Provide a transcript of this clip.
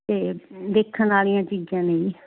ਅਤੇ ਦੇਖਣ ਵਾਲੀਆਂ ਚੀਜ਼ਾਂ ਨੇ ਜੀ